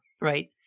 right